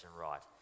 right